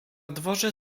dworze